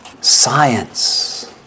science